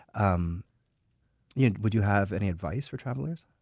um you know would you have any advice for travelers?